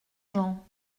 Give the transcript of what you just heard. jean